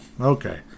Okay